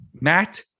Matt